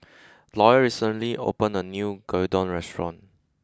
lawyer recently opened a new Gyudon restaurant